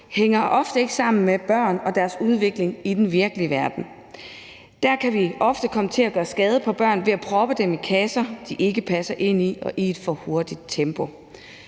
hænger ofte ikke sammen med børn og deres udvikling i den virkelige verden. Der kan vi ofte komme til at gøre skade på børn ved at proppe dem i kasser, de ikke passer ind i, og i et for hurtigt tempo.